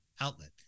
outlet